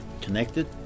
connected